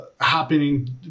happening